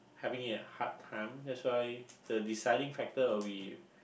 having a hard time that's why the deciding factor will be